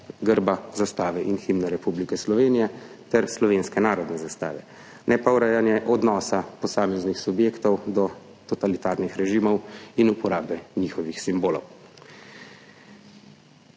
grba, zastave in himne Republike Slovenije ter slovenske narodne zastave, ne pa urejanje odnosa posameznih subjektov do totalitarnih režimov in uporabe njihovih simbolov.